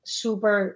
super